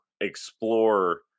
explore